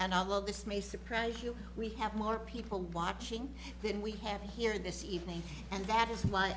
and i will this may surprise you we have more people watching then we have here this evening and that is why